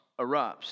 erupts